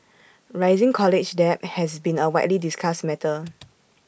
rising college debt has been A widely discussed matter